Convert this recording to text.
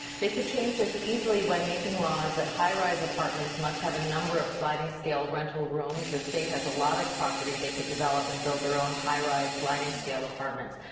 they could change as easily by making laws that highrise apartments must have a number of sliding scale rental rooms, state has a lot of property. they could develop and build their own highrise sliding scale apartments.